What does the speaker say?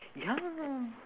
ya